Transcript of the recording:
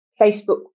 Facebook